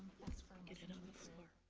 get it on the floor.